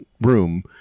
room